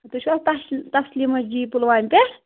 تُہۍ چھُوا تَس تسلیما جی پُلوامہِ پٮ۪ٹھ